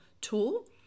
tool